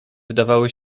wydawały